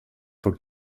for